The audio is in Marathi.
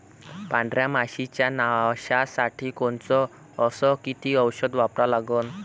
पांढऱ्या माशी च्या नाशा साठी कोनचं अस किती औषध वापरा लागते?